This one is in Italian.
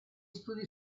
studi